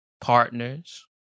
partners